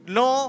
no